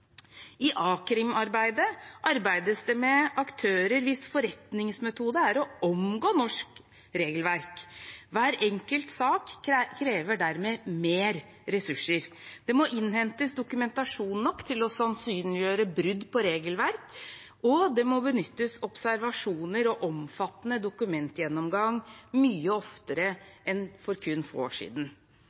I a-krimarbeidet arbeides det med aktører hvis forretningsmetode er å omgå norsk regelverk. Hver enkelt sak krever dermed mer ressurser. Det må innhentes dokumentasjon nok til å sannsynliggjøre brudd på regelverk, og det må benyttes observasjoner og omfattende dokumentgjennomgang mye oftere enn for kun få år siden.